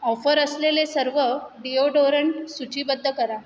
offer असलेले सर्व deodorant सूचीबद्ध करा